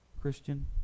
Christian